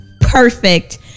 perfect